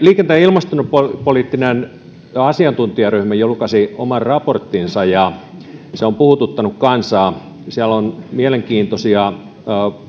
liikenteen ilmastopoliittinen asiantuntijaryhmä julkaisi oman raporttinsa ja se on puhututtanut kansaa siellä on mielenkiintoisia